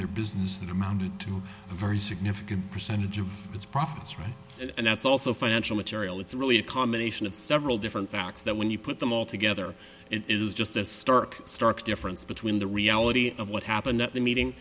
their business that amounted to a very significant percentage of its profits right and that's also financial material it's really a combination of several different facts that when you put them all together it is just a stark stark difference between the reality of what happened at the meeting